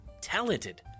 talented